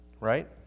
Right